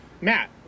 Matt